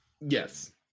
Yes